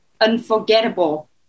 unforgettable